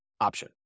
option